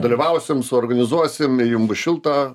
dalyvausim suorganizuosim jum bus šilta